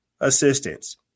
assistance